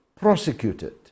prosecuted